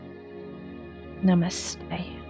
Namaste